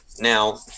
Now